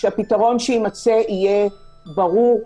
שהפתרון שיימצא יהיה ברור,